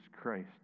Christ